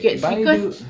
why do